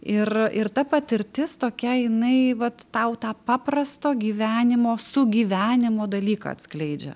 ir ir ta patirtis tokia jinai vat tau tą paprasto gyvenimo sugyvenimo dalyką atskleidžia